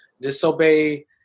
disobey